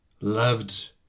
loved